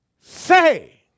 say